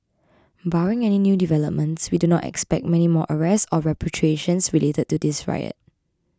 barring any new developments we do not expect many more arrests or repatriations related to this riot